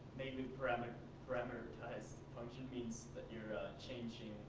maybe parameterized function means that you're changing